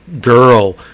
girl